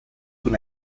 una